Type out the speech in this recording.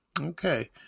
okay